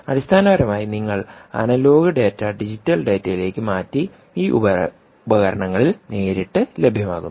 അടിസ്ഥാനപരമായി നിങ്ങൾ analogue data digital ഡാറ്റയിലേക്ക് മാറ്റി ഈ ഉപകരണങ്ങളിൽ നേരിട്ട് ലഭ്യമാക്കുന്നു